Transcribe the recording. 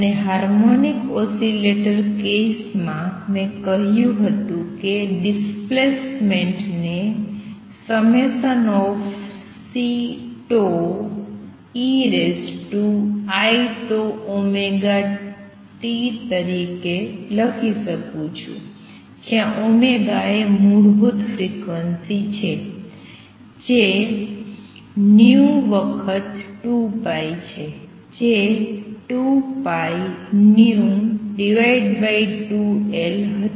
અને harmonic oscillator case માં મેં કહ્યું હતું કે ડિસ્પ્લેસમેન્ટ ને તરીકે લખી શકું છે જ્યાં ω એ મૂળભૂત ફ્રિક્વન્સી છે જે v વખત 2π છે જે 2πv2 L હતી